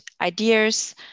ideas